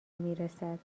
میرسد